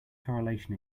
correlation